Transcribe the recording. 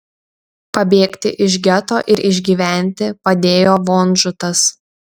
pabėgti iš geto ir išgyventi padėjo vonžutas